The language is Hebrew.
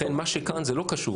לכן, מה שכאן זה לא קשור.